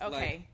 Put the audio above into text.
Okay